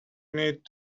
need